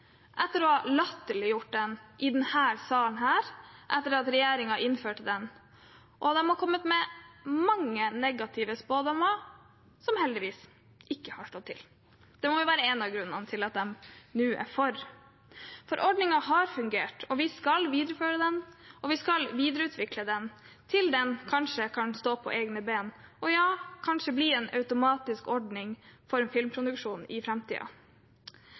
etter å ha latterliggjort den i denne salen etter at regjeringen innførte den. De har kommet med mange negative spådommer, som heldigvis ikke har slått til. Det må være en av grunnene til at de nå er for. Ordningen har fungert, og vi skal videreføre og videreutvikle den til den kanskje kan stå på egne ben og bli en automatisk ordning for filmproduksjon i